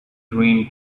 dream